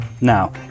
Now